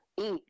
eat